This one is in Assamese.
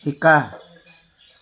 শিকা